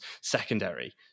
secondary